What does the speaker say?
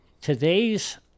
Today's